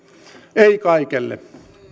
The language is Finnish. ei kaikelle